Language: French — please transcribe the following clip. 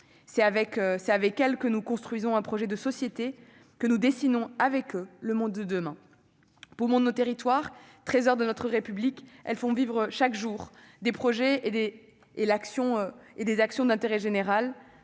C'est avec elles que nous construisons un projet de société et que nous dessinons le monde de demain. Poumon de nos territoires, trésor de notre République, les associations font vivre chaque jour des projets et des actions d'intérêt général,